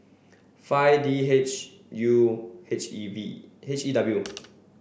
five D H U H E V H E W